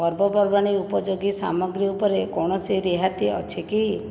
ପର୍ବପର୍ବାଣି ଉପଯୋଗୀ ସାମଗ୍ରୀ ଉପରେ କୌଣସି ରିହାତି ଅଛି କି